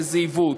שזה עיוות.